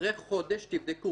אחרי חודש תבדקו.